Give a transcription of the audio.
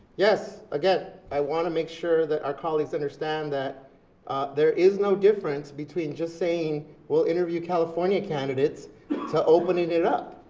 yes, again, i want to make sure that our colleagues understand that there is no difference between just saying we'll interview california candidates to opening it up.